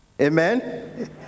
Amen